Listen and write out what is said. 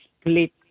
split